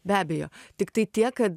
be abejo tiktai tiek kad